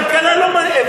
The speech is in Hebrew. כלכלה לא מעניין אותך.